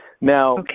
Now